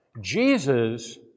Jesus